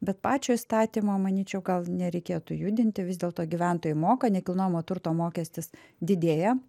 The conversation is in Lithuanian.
bet pačio įstatymo manyčiau gal nereikėtų judinti vis dėlto gyventojai moka nekilnojamo turto mokestis didėja